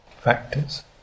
factors